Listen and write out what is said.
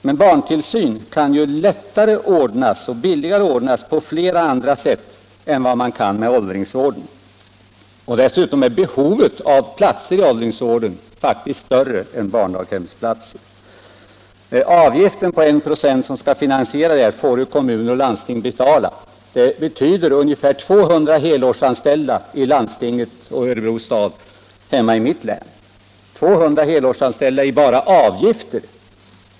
Men barntillsyn kan lättare och billigare ordnas på andra sätt, vilket man inte kan med åldringsvården. Dessutom är behovet av platser i åldringsvård faktiskt större än behovet av barndaghemsplatser. Den avgift på 1 26 som skall finansiera barndaghemmen får kommuner och landsting betala. Det betyder ungefär 200 heltidsanställda i Örebro stad och landstinget i mitt hemlän. 200 helårsanställda bara i avgifter!